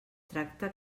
tracte